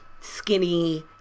skinny